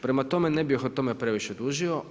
Prema tome, ne bih o tome previše dužio.